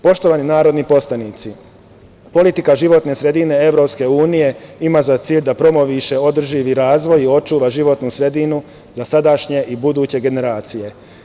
Poštovani narodni poslanici, politika životne sredine EU ima za cilj da promoviše održivi razvoj i očuva životnu sredinu za sadašnje i buduće generacije.